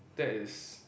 that is